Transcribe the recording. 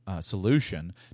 solution